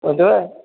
ॿुधव